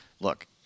Look